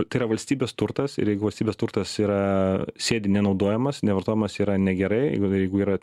tai yra valstybės turtas ir jeigu valstybės turtas yra sėdi nenaudojamas nevartojamas yra negerai jeigu yra